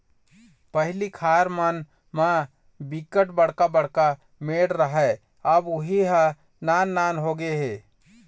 पहिली खार मन म बिकट बड़का बड़का मेड़ राहय अब उहीं ह नान नान होगे हे